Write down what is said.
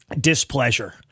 displeasure